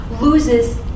loses